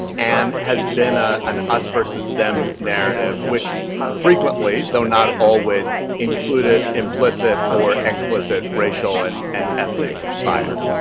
and has been ah an us versus them narrative, which frequently though not always included implicit or explicit racial and and ethnic bias.